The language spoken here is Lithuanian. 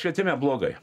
švietime blogai